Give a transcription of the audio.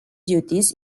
duties